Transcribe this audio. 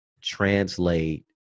translate